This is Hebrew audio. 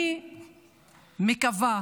אני מקווה